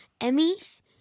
Emmy's